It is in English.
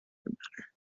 matter